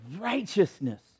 righteousness